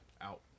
Out